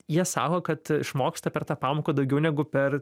jie sako kad išmoksta per tą pamoką daugiau negu per